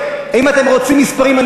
אתה מאיים?